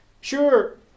sure